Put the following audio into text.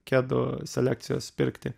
kedų selekcijos pirkti